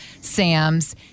sam's